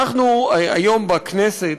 אנחנו היום בכנסת,